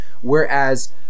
Whereas